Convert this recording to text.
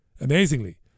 amazingly